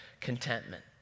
contentment